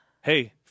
hey